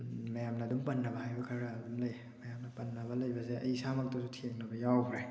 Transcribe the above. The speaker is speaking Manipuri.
ꯃꯌꯥꯝꯅ ꯑꯗꯨꯝ ꯄꯟꯅꯕ ꯍꯥꯏꯕ ꯈꯔ ꯑꯗꯨꯝ ꯂꯩ ꯃꯌꯥꯝꯅ ꯄꯟꯅꯕ ꯂꯩꯕꯁꯦ ꯑꯩ ꯏꯁꯥꯃꯛꯇꯁꯨ ꯊꯦꯡꯅꯕ ꯌꯥꯎꯈ꯭ꯔꯦ